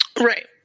Right